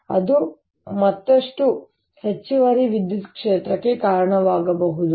ಅದು ಮತ್ತಷ್ಟು ಹೆಚ್ಚುವರಿ ವಿದ್ಯುತ್ ಕ್ಷೇತ್ರಕ್ಕೆ ಕಾರಣವಾಗಬಹುದು